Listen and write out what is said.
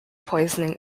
poisoning